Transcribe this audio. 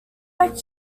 like